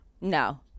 No